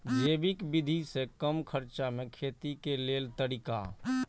जैविक विधि से कम खर्चा में खेती के लेल तरीका?